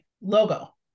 logo